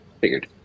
Figured